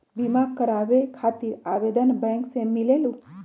बिमा कराबे खातीर आवेदन बैंक से मिलेलु?